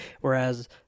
Whereas